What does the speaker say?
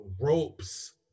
Ropes